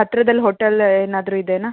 ಹತ್ರದಲ್ಲಿ ಹೋಟೆಲ್ ಏನಾದರೂ ಇದೆಯಾ